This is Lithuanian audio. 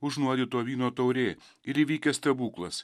užnuodyto vyno taurė ir įvykęs stebuklas